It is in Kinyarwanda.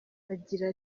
agira